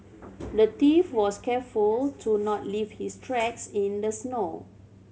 the thief was careful to not leave his tracks in the snow